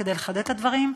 כדי לחדד את הדברים,